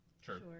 Sure